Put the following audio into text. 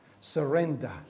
surrender